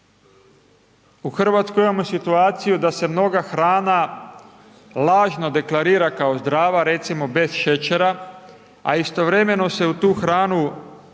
u Hrvatskoj imamo situaciju da se mnoga hrana lažno deklarira kao zdrava recimo bez šećera, a istovremeno se u tu hranu